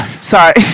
sorry